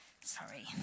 Sorry